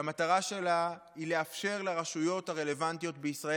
שהמטרה שלה היא לאפשר לרשויות הרלוונטיות בישראל